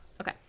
Okay